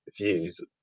views